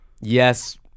yes